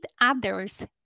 others